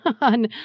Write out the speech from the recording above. on